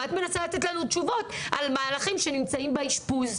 ואת מנסה לתת לנו תשובות על מהלכים שנמצאים באשפוז.